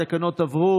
התקנות עברו.